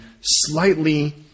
slightly